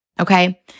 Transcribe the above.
Okay